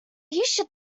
should